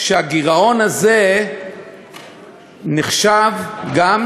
הגירעון הזה נחשב גם,